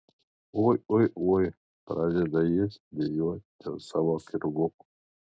ui ui ui pradeda jis dejuoti dėl savo kirvuko